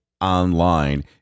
online